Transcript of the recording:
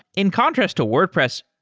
in contrast to wordpress,